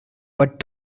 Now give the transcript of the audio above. but